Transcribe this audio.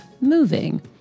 moving